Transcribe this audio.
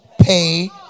Pay